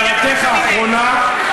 על הערתך האחרונה,